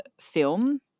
film